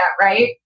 right